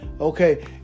okay